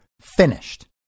Finished